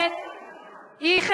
הליכוד לא